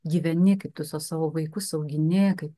gyveni kaip tu su savo vaikus augini kaip